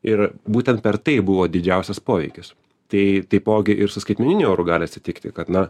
ir būtent per tai buvo didžiausias poveikis tai taipogi ir su skaitmeniniu euru gali atsitikti kad na